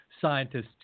Scientists